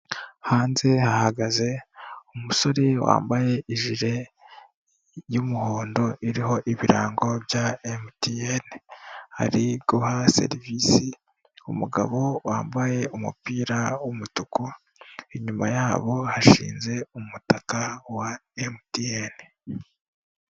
Hanze hahagaze umusore wambaye ijire y'umuhondo, iriho ibirango bya MTN, ari guha serivisi umugabo wambaye umupira w'umutuku, inyuma yabo hashinze umutaka wa MTN.